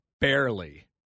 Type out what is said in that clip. barely